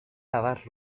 lavar